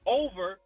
over